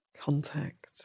contact